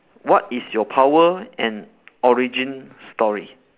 what is your power and origin story